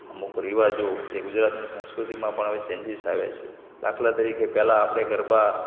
અમુક રિવાજો એ ગુજરાતની સંસ્કૃતિમાં પણ હવે ચેન્જીસ આવ્યા છે દાખલા તરીકે પહેલાં આપણે ગરબા